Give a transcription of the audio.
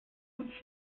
gut